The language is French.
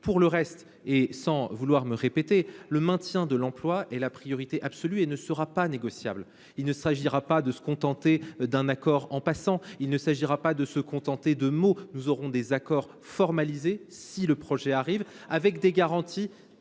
Pour le reste, sans me répéter, le maintien de l’emploi est la priorité absolue et ne sera pas négociable. Il ne s’agira pas de se contenter d’un accord en passant. Il ne s’agira pas de se contenter de mots. Nous aurons des accords formalisés – si le projet aboutit –, avec des garanties